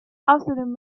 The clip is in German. außerdem